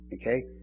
okay